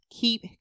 Keep